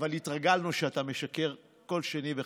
אבל התרגלנו שאתה משקר כל שני וחמישי.